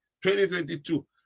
2022